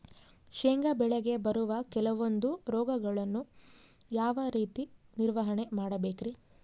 ಶೇಂಗಾ ಬೆಳೆಗೆ ಬರುವ ಕೆಲವೊಂದು ರೋಗಗಳನ್ನು ಯಾವ ರೇತಿ ನಿರ್ವಹಣೆ ಮಾಡಬೇಕ್ರಿ?